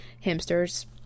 hamsters